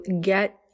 get